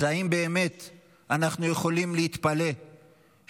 אז האם אנחנו באמת יכולים להתפלא שמגיע